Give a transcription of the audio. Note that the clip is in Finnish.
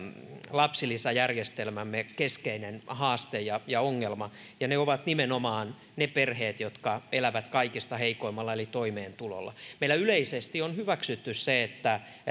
lapsilisäjärjestelmämme keskeinen haaste ja ja ongelma ja ne ovat nimenomaan ne perheet jotka elävät kaikista vähimmällä eli toimeentulotuella meillä yleisesti on hyväksytty se että